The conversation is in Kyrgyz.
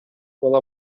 бала